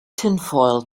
tinfoil